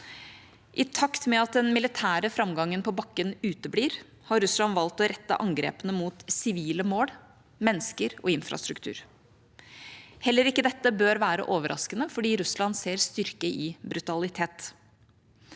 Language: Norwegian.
I takt med at den militære framgangen på bakken uteblir, har Russland valgt å rette angrepene mot sivile mål, mennesker og infrastruktur. Heller ikke dette bør være overraskende, for Russland ser styrke i brutalitet.